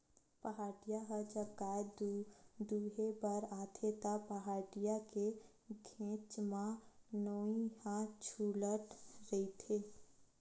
पहाटिया ह जब गाय दुहें बर आथे त, पहाटिया के घेंच म नोई ह छूलत रहिथे